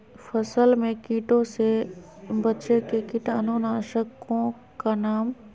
फसल में कीटों से बचे के कीटाणु नाशक ओं का नाम?